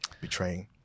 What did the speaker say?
betraying